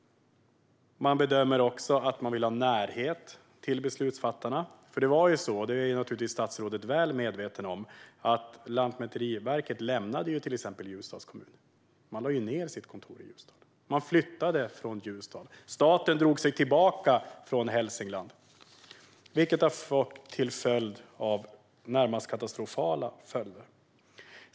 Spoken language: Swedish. Man bedömer också att man vill ha närhet till beslutsfattarna. Statsrådet är naturligtvis väl medveten om att Lantmäteriverket lämnade Ljusdals kommun. Man lade ned sitt kontor där och flyttade därifrån. Staten drog sig tillbaka från Hälsingland, vilket har fått i det närmaste katastrofala följder.